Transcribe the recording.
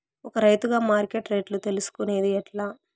ఒక రైతుగా మార్కెట్ రేట్లు తెలుసుకొనేది ఎట్లా?